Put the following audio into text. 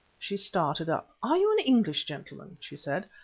she started up. are you an english gentleman? she said.